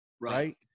right